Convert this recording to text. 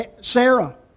Sarah